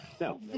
No